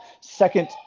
second-